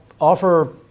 offer